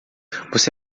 você